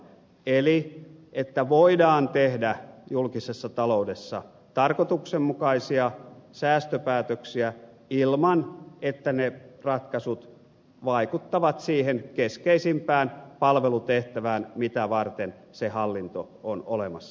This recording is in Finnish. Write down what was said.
eli voidaan tehdä julkisessa taloudessa tarkoituksenmukaisia säästöpäätöksiä ilman että ne ratkaisut vaikuttavat siihen keskeisimpään palvelutehtävään mitä varten se hallinto on olemassa